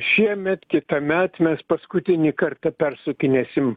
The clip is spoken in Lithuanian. šiemet kitąmet mes paskutinį kartą persukinėsim